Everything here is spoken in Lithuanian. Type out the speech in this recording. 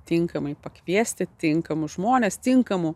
tinkamai pakviesti tinkamus žmones tinkamų